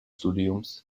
studiums